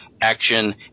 action